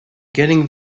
getting